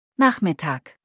Nachmittag